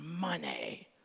money